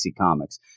Comics